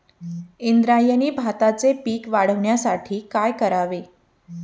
इंद्रायणी भाताचे पीक वाढण्यासाठी काय करावे?